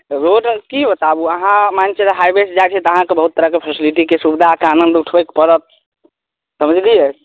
road आर की बताबु अहाँ मानि लिअ हाइवे से जाइ छी तऽ अहाँकेँ बहुत तरहके फैसिलिटीके सुविधाके आनन्द उठबऽ पड़त समझलियै